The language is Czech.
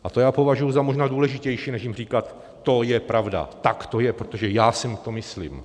A to považuji za možná důležitější než jim říkat: To je pravda, tak to je, protože já si to myslím.